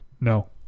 No